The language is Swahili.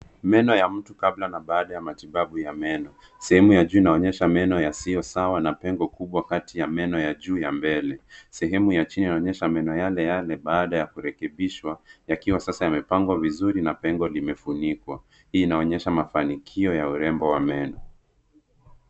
Meno ya mtu kabla na baada ya matibabu ya meno. Sehemu ya juu inaonyesha meno yasiyo sawa na pengo kubwa kati ya meno ya juu ya mbele. Sehemu ya chini inaonyesha meno yaleyale baada ya kurekebishwa, yakiwa sasa yamepangwa vizuri na pengo limefunikwa. Hii inaonyesha mafanikio ya urembo wa meno.